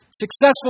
Successful